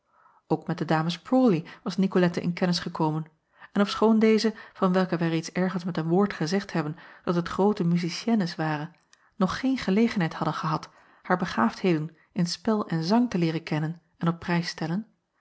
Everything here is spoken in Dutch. ok met de dames rawley was icolette in kennis gekomen en ofschoon deze van welke wij reeds ergens met een woord gezegd hebben dat het groote musiciennes waren nog geen gelegenheid hadden gehad haar begaafdheden in spel en zang te leeren kennen en op prijs stellen